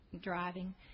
driving